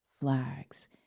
flags